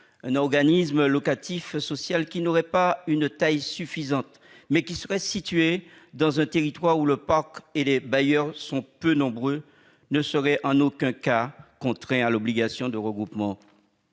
un organisme locatif social qui n'aurait pas une taille suffisante, mais qui serait situé dans un territoire où les bailleurs sont peu nombreux et le parc réduit, ne serait en aucun cas soumis à l'obligation de regroupement.